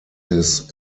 his